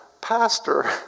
pastor